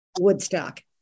Woodstock